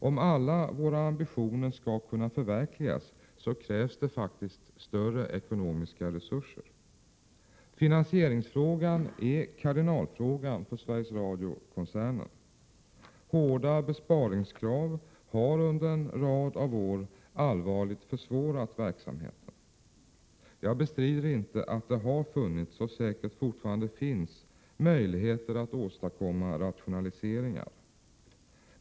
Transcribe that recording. Om alla våra ambitioner skall kunna förverkligas krävs det faktiskt större ekonomiska resurser. Finansieringsfrågan är kardinalfrågan för Sveriges Radio-koncernen. Hårda besparingskrav har under en rad av år allvarligt försvårat verksamhe ten. Jag bestrider inte att det har funnits och säkert fortfarande finns möjligheter att åstadkomma rationaliseringar.